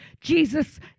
Jesus